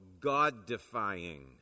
God-defying